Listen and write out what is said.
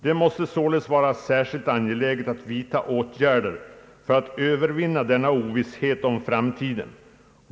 Det måste således vara särskilt angeläget att vidta åtgärder för att övervinna denna ovisshet om framtiden.